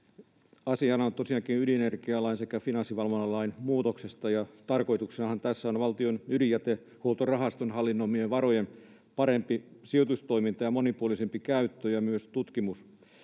Asiana on tosiaankin ydinenergialain sekä Finanssivalvonnan lain muutos, ja tarkoituksenahan tässä on Valtion ydinjätehuoltorahaston hallinnoimien varojen parempi sijoitustoiminta ja monipuolisempi käyttö ja myös tutkimus.